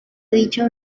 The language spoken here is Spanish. dicha